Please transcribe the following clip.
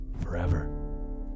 forever